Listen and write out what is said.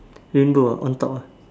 rainbow ah on top ah